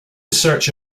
search